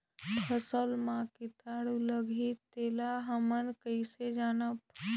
फसल मा कीटाणु लगही तेला हमन कइसे जानबो?